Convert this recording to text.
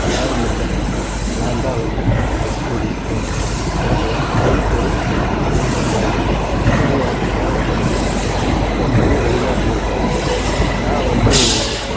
யாருமில்லை நான் தான் வந்து கூட்டிகிட்டு போவேன் எனக்கு வந்து பைக்கு ஒரு ஃப்ரென்ட்ஸ்ஸு மாதிரி அது எனக்கு தேவைப்படுது இப்போ என் பையன் வெளிநாட்டில் இருக்கிறான் நான் வந்து